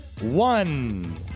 one